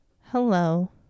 hello